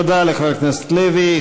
תודה לחבר הכנסת לוי.